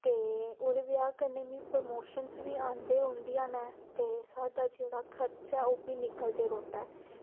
ते एह्दे कन्नै मिगी प्रमोशन्स बी आंदियां रौहंदियां न ते साढ़ा जेह्ड़ा खर्चा ओह्बी निकलदा रौहंदा